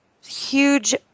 huge